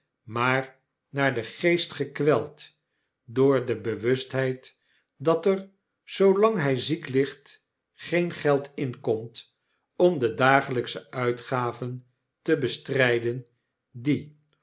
maar naar den geest gekweld door de bewustheid dat er zoolang hij ziek ligt geen geld inkomt om de dagelijksche uitgaven te bestrijden die